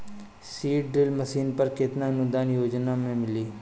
Seed drill machine पर केतना अनुदान योजना में मिली?